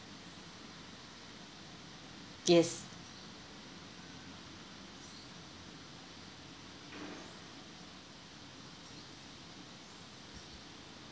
yes